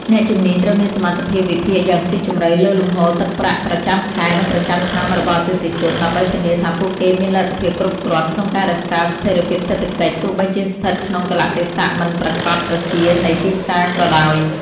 អ្នកជំនាញត្រូវមានសមត្ថភាពវិភាគយ៉ាងស៊ីជម្រៅលើលំហូរទឹកប្រាក់ប្រចាំខែ និងប្រចាំឆ្នាំរបស់អតិថិជន ដើម្បីធានាថាពួកគេមានលទ្ធភាពគ្រប់គ្រាន់ក្នុងការរក្សាស្ថិរភាពសេដ្ឋកិច្ច ទោះបីជាស្ថិតក្នុងកាលៈទេសៈមិនប្រាកដប្រជានៃទីផ្សារក៏ដោយ។